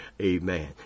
amen